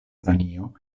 danio